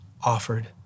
offered